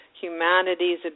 humanity's